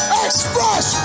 express